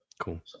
Cool